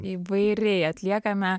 įvairiai atliekame